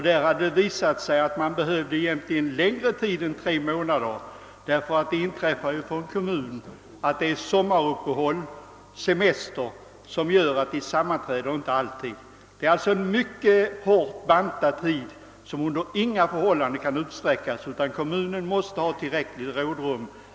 Det hade visat sig att kommunerna egentligen behöver längre tid än tre månader; under exempelvis sommaruppehåll och semestrar kan sammanträden inte hållas i vanlig ordning. Denna tid — 3 månader — är alltså mycket hårt bantad och kan under inga förhållanden avkortas. Kommunen måste få tillräckligt rådrum.